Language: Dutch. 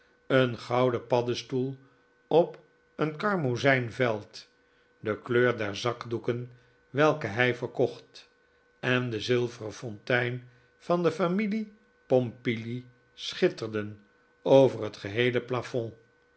een gouden paddestoel op een karmozijn veld de kleur der zakdoeken welke hij verkocht en de zilveren fontein van de familie pompili schitterden over het geheele plafond